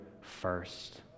first